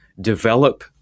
develop